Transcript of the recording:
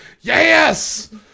Yes